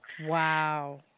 Wow